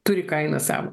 turi kainą savo